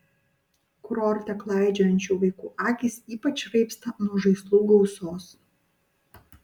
kurorte klaidžiojančių vaikų akys ypač raibsta nuo žaislų gausos